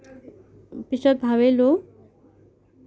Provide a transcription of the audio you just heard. পিছত ভাবিলোঁ